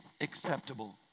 acceptable